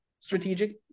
strategic